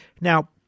Now